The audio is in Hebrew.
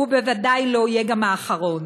והוא בוודאי לא יהיה גם האחרון